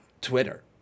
Twitter